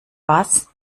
was